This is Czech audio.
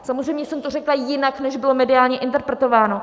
Samozřejmě jsem to řekla jinak, než bylo mediálně interpretováno.